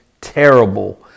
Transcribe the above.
terrible